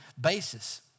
basis